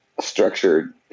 structured